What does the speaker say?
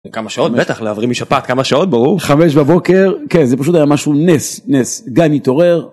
כמה שעות בטח, להבריא משפעת, כמה שעות ברור. 5 בבוקר, כן, זה פשוט היה משהו נס, נס, גל התעורר.